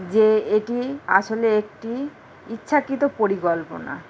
যে এটি আসলে একটি ইচ্ছাকৃত পরিকল্পনা